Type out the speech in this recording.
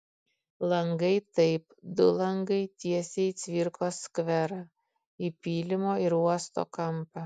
langai taip du langai tiesiai į cvirkos skverą į pylimo ir uosto kampą